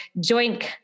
joint